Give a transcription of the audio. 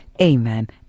Amen